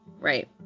right